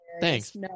Thanks